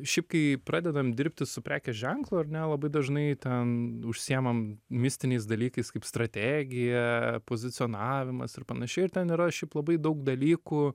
šiaip kai pradedam dirbti su prekės ženklu ar ne labai dažnai ten užsiimam mistiniais dalykais kaip strategija pozicionavimas ir panašiai ir ten yra labai daug dalykų